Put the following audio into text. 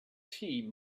tea